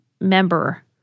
member